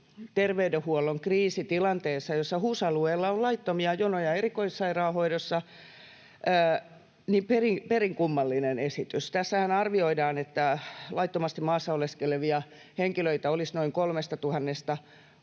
terveydenhuollon kriisitilanteessa, jossa HUS-alueella on laittomia jonoja erikoissairaanhoidossa, perin kummallinen esitys. Tässähän arvioidaan, että laittomasti maassa oleskelevia henkilöitä olisi noin 3 000—6 000 — mihin